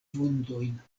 vundojn